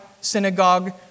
synagogue